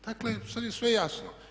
Dakle sad je sve jasno.